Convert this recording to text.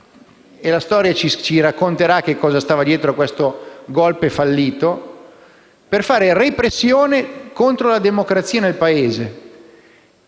- la storia ci racconterà cosa stava dietro questo *golpe* fallito - per fare repressione contro la democrazia nel Paese.